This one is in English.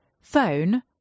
Phone